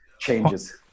changes